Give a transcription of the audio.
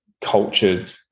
cultured